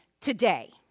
today